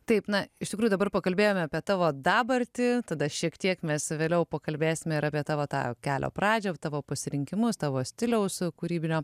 taip na iš tikrųjų dabar pakalbėjome apie tavo dabartį tada šiek tiek mes vėliau pakalbėsim apie tavo tą kelio pradžią tavo pasirinkimus tavo stiliaus kūrybinio